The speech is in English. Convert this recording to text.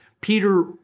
Peter